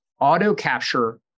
auto-capture